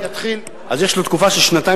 הוא צריך להישאר בארץ תקופה של שנתיים.